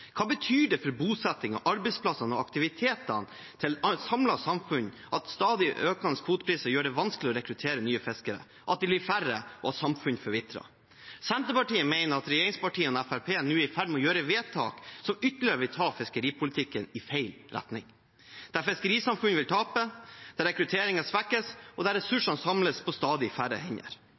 Hva betyr det for bosettingen, arbeidsplassene og aktiviteten for et samlet samfunn at stadig økende kvotepriser gjør det vanskelig å rekruttere nye fiskere, at det blir færre, og at samfunn forvitrer? Senterpartiet mener at regjeringspartiene og Fremskrittspartiet nå er i ferd med å gjøre vedtak som ytterligere vil ta fiskeripolitikken i feil retning, der fiskerisamfunn vil tape, der rekrutteringen svekkes, og der ressursene samles på stadig færre hender.